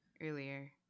earlier